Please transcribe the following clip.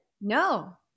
No